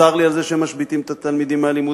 צר לי על זה שהם משביתים את התלמידים מהלימודים.